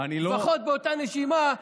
לפחות באותה נשימה,